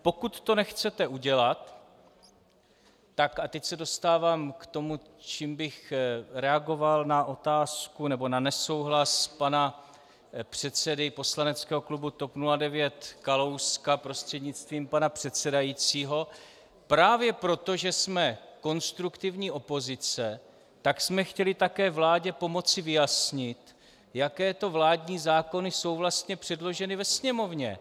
Pokud to nechcete udělat tak a teď se dostávám k tomu, čím bych reagoval na otázku nebo na nesouhlas pana předsedy poslaneckého klubu TOP 09 Kalouska prostřednictvím pana předsedajícího , právě proto, že jsme konstruktivní opozice, jsme chtěli také vládě pomoci vyjasnit, jaké to vládní zákony jsou vlastně předloženy ve Sněmovně.